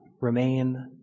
remain